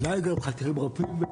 אני מכיר את משה ואני בטוח שהוא יעשה